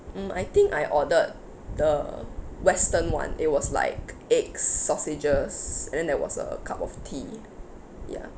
mm I think I ordered the western one it was like eggs sausages and then there was a cup of tea ya